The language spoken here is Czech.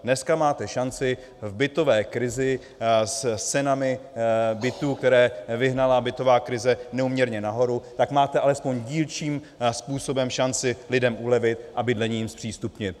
Dneska máte šanci v bytové krizi s cenami bytů, které vyhnala bytová krize neúměrně nahoru, tak máte alespoň dílčím způsobem šanci lidem ulevit a bydlení jim zpřístupnit.